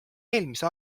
eelmise